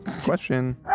Question